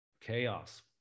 chaos